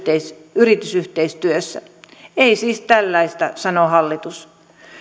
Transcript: yritysyhteistyössä ei siis tällaista sanoo hallitus